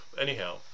Anyhow